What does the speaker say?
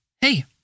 hey